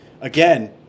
again